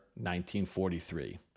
1943